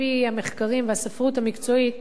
על-פי המחקרים והספרות המקצועית,